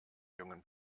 jungen